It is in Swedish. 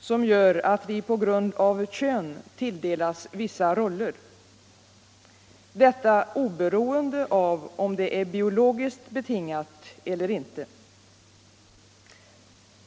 som gör att människor på grund av kön tilldelas vissa roller, detta oberoende av om det är biologiskt betingat eller inte.